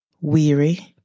Weary